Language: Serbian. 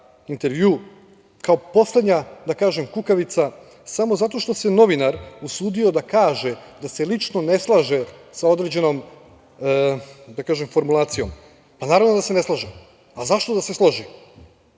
intervju kao poslednja, da kažem, kukavica samo zato što se novinar usudio da kaže da se lično ne slaže sa određenom, da kažem, formulacijom. Pa, naravno da se ne slaže, a zašto da se složi,